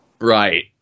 Right